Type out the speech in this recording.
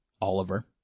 Oliver